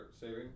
saving